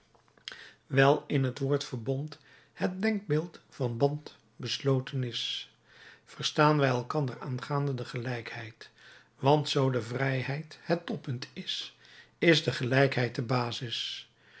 wijl in het woord verbond het denkbeeld van band besloten is verstaan wij elkander aangaande de gelijkheid want zoo de vrijheid het toppunt is is de gelijkheid de basis